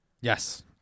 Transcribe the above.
Yes